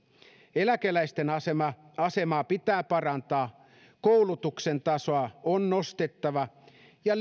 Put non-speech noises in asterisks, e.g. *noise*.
eläkeläisten asemaa asemaa pitää parantaa koulutuksen tasoa on nostettava ja *unintelligible*